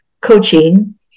coaching